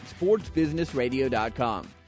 sportsbusinessradio.com